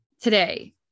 Today